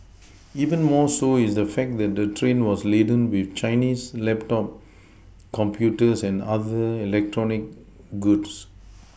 even more so is the fact that the train was laden with Chinese laptop computers and other electronic goods